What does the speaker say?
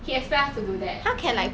he expects us to do that and